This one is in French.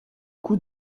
coup